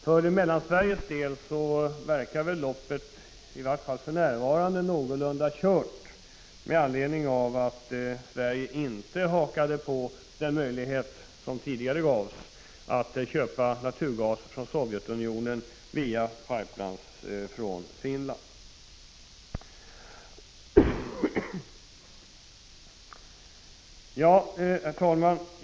För Mellansveriges del verkar loppet i varje fall för närvarande kört med anledning av att Sverige inte hakade på den möjlighet som tidigare gavs att köpa naturgas från Sovjetunionen via pipelines från Finland. Herr talman!